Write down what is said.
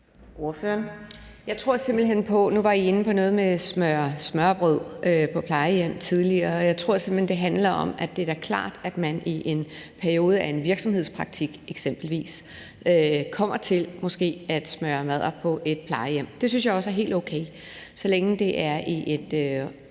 tidligere inde på noget med smørrebrød på plejehjem, og jeg tror simpelt hen, det handler om, at det da er klart, at man i en periode i eksempelvis virksomhedspraktik måske kommer til at smøre madder på et plejehjem. Det er også helt okay, så længe det er i et